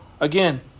again